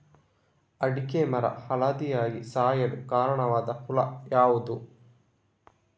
ಅಡಿಕೆ ಮರ ಹಳದಿಯಾಗಿ ಸಾಯಲು ಕಾರಣವಾದ ಹುಳು ಯಾವುದು?